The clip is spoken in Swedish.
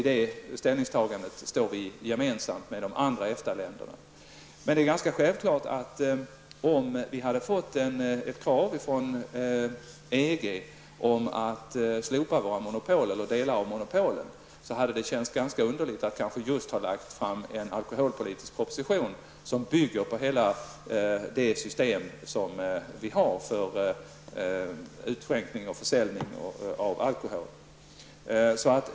Det ställningstagandet har vi gemensamt med de andra Om emellertid EG hade ställt kravet att vi skulle slopa våra monopol eller delar av dem, då hade det självklart känts underligt att just ha lagt fram en alkoholpolitisk proposition som bygger på vårt system för utskänkning och försäljning av alkohol.